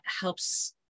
helps